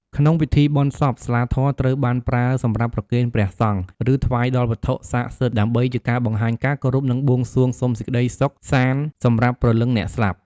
ក្នុងពិធីបុណ្យសព ស្លាធម៌ត្រូវបានប្រើសម្រាប់ប្រគេនព្រះសង្ឃ ឬថ្វាយដល់វត្ថុស័ក្តិសិទ្ធិ ដើម្បីជាការបង្ហាញការគោរព និងបួងសួងសុំសេចក្ដីសុខសាន្តសម្រាប់ព្រលឹងអ្នកស្លាប់។